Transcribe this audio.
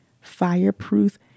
Fireproof